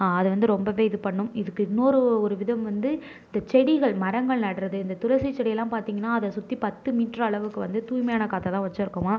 அதை வந்து ரொம்பவே இது பண்ணும் இதுக்கு இன்னோரு ஒரு விதம் வந்து இந்த செடிகள் மரங்கள் நடுவது இந்த துளசி செடியெல்லாம் பார்த்திங்கனா அதை சுற்றி பத்து மீட்டரு அளவுக்கு வந்து தூய்மையான காற்றை தான் வச்சிருக்குமாம்